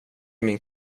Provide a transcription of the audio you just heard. min